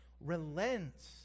relents